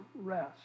rest